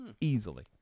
Easily